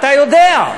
אתה יודע,